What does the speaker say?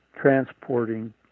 transporting